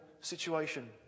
situation